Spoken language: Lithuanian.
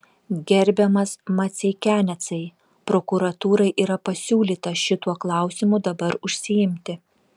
gerbiamas maceikianecai prokuratūrai yra pasiūlyta šituo klausimu dabar užsiimti